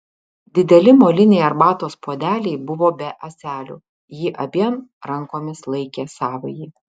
dideli moliniai arbatos puodeliai buvo be ąselių ji abiem rankomis laikė savąjį